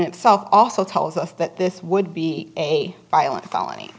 itself also tells us that this would be a violent felony